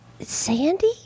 Sandy